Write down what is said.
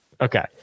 Okay